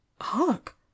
Hark